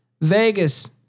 Vegas